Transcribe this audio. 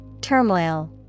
Turmoil